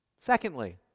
Secondly